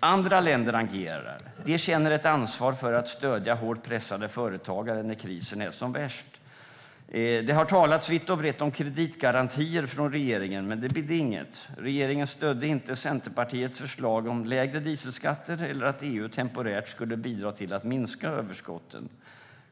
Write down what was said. Andra länder agerar. De känner ett ansvar för att stödja hårt pressade företagare när krisen är som värst. Det har talats vitt och brett om kreditgarantier från regeringen, men det bidde inget. Regeringen stödde inte Centerpartiets förslag om lägre dieselskatter, inte heller att EU temporärt skulle bidra till att minska överskotten.